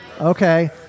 Okay